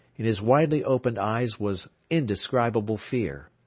in his widely opened eyes was indescribable fear.